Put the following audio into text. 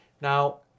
Now